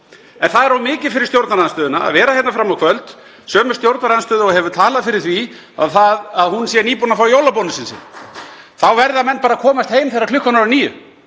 En það er of mikið fyrir stjórnarandstöðuna að vera hérna fram á kvöld, sömu stjórnarandstöðu og hefur talað fyrir því að hún sé nýbúin að fá jólabónusinn sinn og þá verði menn bara að komast heim þegar klukkan er orðin